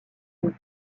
roux